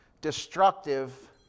destructive